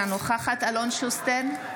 אינה נוכחת אלון שוסטר,